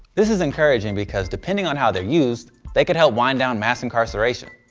this is encouraging because depending on how they're used, they could help wind down mass incarceration.